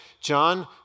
John